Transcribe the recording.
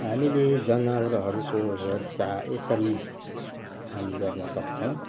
हामीले जनावरहरूको हेरचाह यसरी हामी गर्नसक्छौँ